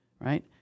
Right